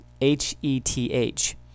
H-E-T-H